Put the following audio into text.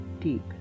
Deep